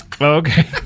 Okay